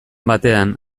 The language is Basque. batean